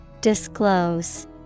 Disclose